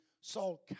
Saul